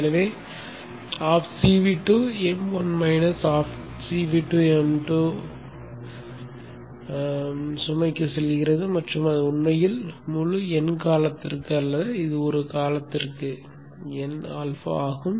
எனவே ½ CV2m1 ½ CV2m2 சுமைக்கு செல்கிறது மற்றும் அது உண்மையில் முழு ᴨ காலத்திற்கு அல்ல இது ஒரு காலத்திற்கு ᴨ α ஆகும்